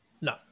No